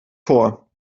vor